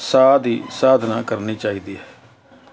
ਸਾਹ ਦੀ ਸਾਧਨਾ ਕਰਨੀ ਚਾਹੀਦੀ ਹੈ